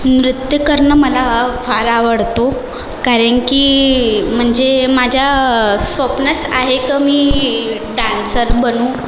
नृत्य करणं मला फार आवडतो कारण की म्हणजे माझं स्वप्नच आहे का मी डान्सर बनू